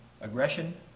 aggression